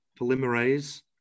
polymerase